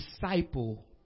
disciple